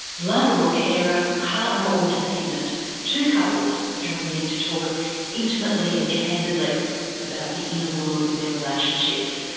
lover or carer, partner or dependant two couples join me to talk intimately and candidly about the inner world of their relationships.